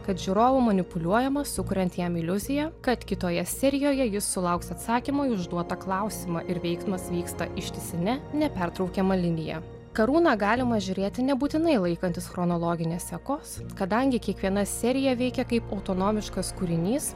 kad žiūrovu manipuliuojama sukuriant jam iliuziją kad kitoje serijoje jis sulauks atsakymo į užduotą klausimą ir veiksmas vyksta ištisine nepertraukiama linija karūną galima žiūrėti nebūtinai laikantis chronologinės sekos kadangi kiekviena serija veikia kaip autonomiškas kūrinys